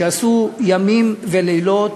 שעשו לילות כימים,